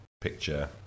picture